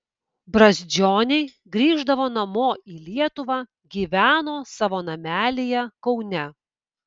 brazdžioniai grįždavo namo į lietuvą gyveno savo namelyje kaune